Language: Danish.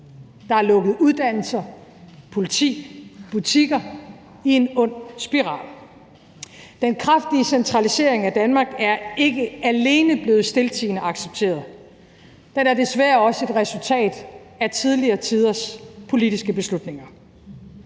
Der er lukket uddannelser, politistationer, og butikker i en ond spiral. Den kraftige centralisering i Danmark er ikke alene blevet stiltiende accepteret. Den er desværre også et resultat af tidligere tiders politiske beslutninger.